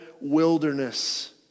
wilderness